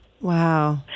Wow